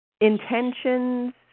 intentions